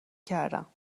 کردم